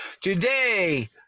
today